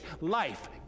life